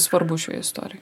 svarbus šioj istorijoj